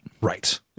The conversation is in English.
right